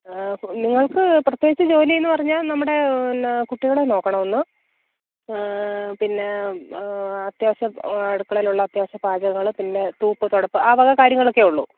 നിങ്ങള്ക്ക് പ്രത്യേകിച്ച് ജോലിയെന്ന് പറഞ്ഞാൽ നമ്മുടെ പിന്നെ കുട്ടികളെ നോക്കണം ഒന്ന് പിന്നെ അത്യാവശ്യം അടുക്കളയിലുള്ള അത്യാവശ്യം പാചകങ്ങൾ പിന്നെ തൂപ്പ് തുടപ്പ് ആ വക കാര്യങ്ങളൊക്കെ ഉള്ളൂ